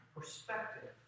perspective